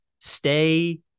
stay